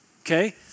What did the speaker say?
okay